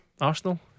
Arsenal